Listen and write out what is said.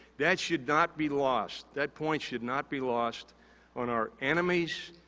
that should not be lost. that point should not be lost on our enemies,